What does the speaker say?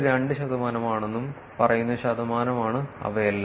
2 ശതമാനമാണെന്നും പറയുന്ന ശതമാനമാണ് അവയെല്ലാം